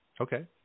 Okay